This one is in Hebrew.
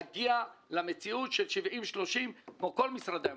להגיע למציאות של 70% 30% כמו כל משרדי הממשלה.